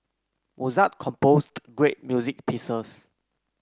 Mozart composed great music pieces